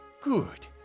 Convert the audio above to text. Good